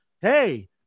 hey